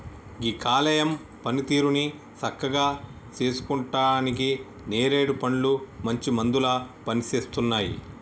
గీ కాలేయం పనితీరుని సక్కగా సేసుకుంటానికి నేరేడు పండ్లు మంచి మందులాగా పనిసేస్తున్నాయి